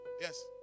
Yes